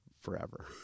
forever